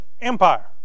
empire